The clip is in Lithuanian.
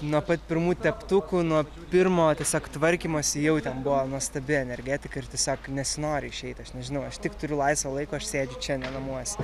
nuo pat pirmų teptukų nuo pirmo tiesiog tvarkymosi jau ten buvo nuostabi energetika ir tiesiog nesinori išeiti aš nežinau aš tik turiu laisvo laiko aš sėdžiu čia ne namuose